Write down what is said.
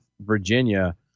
Virginia